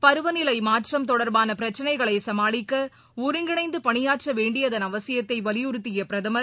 பருவநிலைமாற்றம் தொடர்பானபிரச்சனைகளைசமாளிக்கஒருங்கிணைந்துபணியாற்றவேண்டியதன் அவசியத்தைவலியுறுத்தியபிரதமர்